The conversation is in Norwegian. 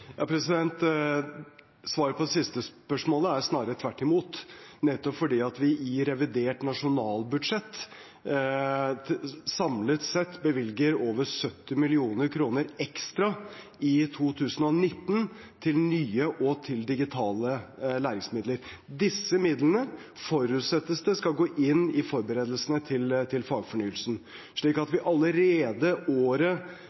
Svaret på det siste spørsmålet er snarere tvert imot, nettopp fordi vi i revidert nasjonalbudsjett samlet sett bevilger over 70 mill. kr ekstra i 2019 til nye og til digitale læringsmidler. Disse midlene forutsettes det skal gå inn i forberedelsene til fagfornyelsen, slik at det allerede året